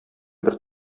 бер